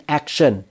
action